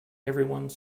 everyone